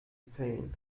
pan